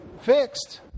fixed